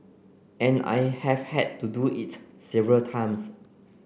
and I have had to do it several times